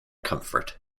comfort